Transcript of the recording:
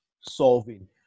solving